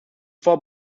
vor